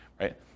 right